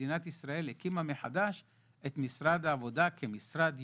מדינת ישראל הקימה מחדש את משרד העבודה כמשרד ייעודי,